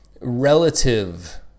relative